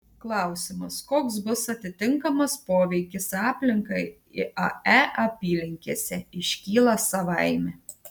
klausimas koks bus atitinkamas poveikis aplinkai iae apylinkėse iškyla savaime